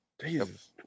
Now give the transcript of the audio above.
Jesus